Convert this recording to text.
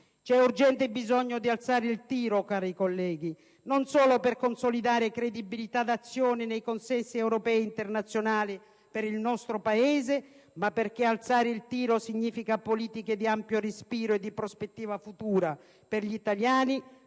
C'è urgente bisogno di alzare il tiro, cari colleghi, non solo per consolidare credibilità d'azione nei consessi europei ed internazionali per il nostro Paese, ma perché alzare il tiro significa politiche di ampio respiro e di prospettiva futura per gli italiani,